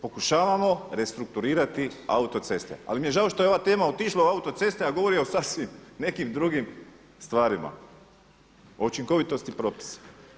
Pokušavamo restrukturirati autoceste ali mi je žao što je ova tema otišla u autoceste a govori o sasvim nekim drugim stvarima, o učinkovitosti propisa.